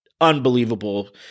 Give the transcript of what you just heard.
unbelievable